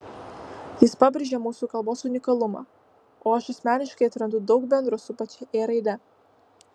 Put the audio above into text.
jis pabrėžia mūsų kalbos unikalumą o aš asmeniškai atrandu daug bendro su pačia ė raide